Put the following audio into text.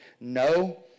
no